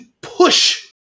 push